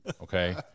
okay